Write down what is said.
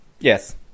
Yes